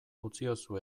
utziozu